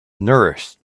nourished